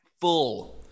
full